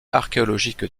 archéologique